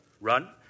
Run